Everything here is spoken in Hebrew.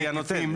היא הנותנת.